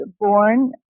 born